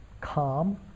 calm